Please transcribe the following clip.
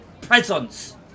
Presence